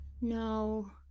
No